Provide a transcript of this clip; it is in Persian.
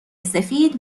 سفید